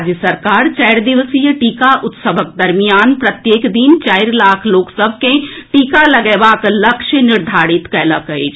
राज्य सरकार चारि दिवसीय टीका उत्सवक दरमियान प्रत्येक दिन चारि लाख लोक सभ कॅ टीका लगएबाक लक्ष्य निर्धारित कयलक अछि